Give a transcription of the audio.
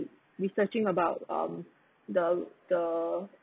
researching about um the the